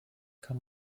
kann